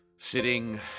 sitting